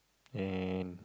and